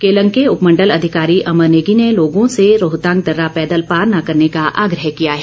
केलंग के उपमण्डल अधिकारी अमर नेगी ने लोगों से रोहतांग दर्रा पैदल पार न करने का आग्रह किया है